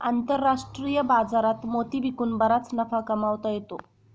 आंतरराष्ट्रीय बाजारात मोती विकून बराच नफा कमावता येतो